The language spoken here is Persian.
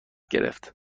گرفت